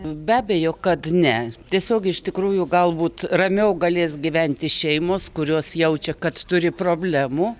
be abejo kad ne tiesiog iš tikrųjų galbūt ramiau galės gyventi šeimos kurios jaučia kad turi problemų